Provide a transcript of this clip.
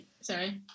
sorry